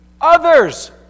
others